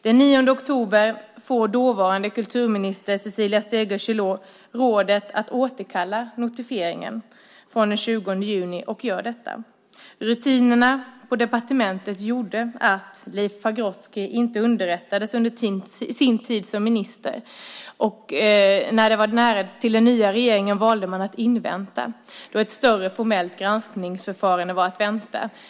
Den 9 oktober får dåvarande kulturminister Cecilia Stegö Chilò rådet att återkalla notifieringen från den 20 juni och gör detta. Rutinerna på departementet gjorde att Leif Pagrotsky inte underrättades under sin tid som minister, och när det var nära till den nya regeringen valde man att invänta ett större formellt granskningsförfarande.